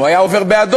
אם הוא היה עובר באדום